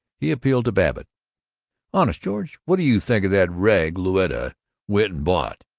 he appealed to babbitt honest, george, what do you think of that rag louetta went and bought?